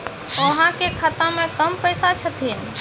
अहाँ के खाता मे कम पैसा छथिन?